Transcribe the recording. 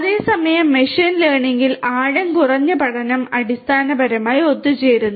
അതേസമയം മെഷീൻ ലേണിംഗിൽ ആഴം കുറഞ്ഞ പഠനം അടിസ്ഥാനപരമായി ഒത്തുചേരുന്നു